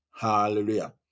Hallelujah